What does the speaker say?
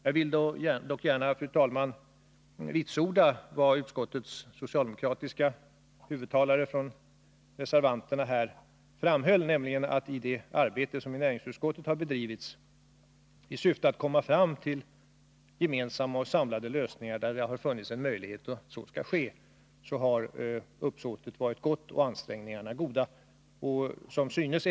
Jag vill dock gärna, fru talman, vitsorda vad utskottets socialdemokratiska huvudtalare framhöll, nämligen att i det arbete som i näringsutskottet har bedrivits i syfte att komma fram till gemensamma och samlande lösningar, där det funnits en möjlighet därtill, har uppsåtet varit gott och ansträngningarna intensiva.